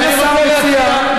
סגן השר מציע,